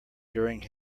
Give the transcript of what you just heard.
during